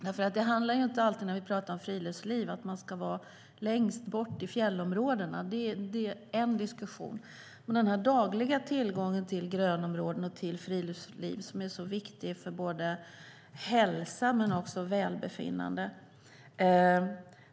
När vi pratar om friluftsliv handlar det inte alltid om att man ska vara längst bort i fjällområdena. Det är en diskussion, men den dagliga tillgången till grönområden och friluftsliv är mycket viktig för hälsa och välbefinnande.